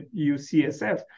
UCSF